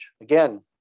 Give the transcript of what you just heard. again